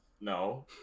no